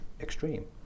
extreme